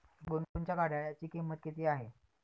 गुनगुनच्या घड्याळाची किंमत किती आहे?